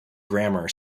grammar